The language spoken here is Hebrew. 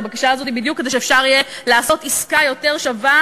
הבקשה הזאת היא בדיוק כדי שאפשר יהיה לעשות עסקה יותר שווה